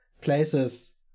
places